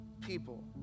people